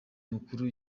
mukuru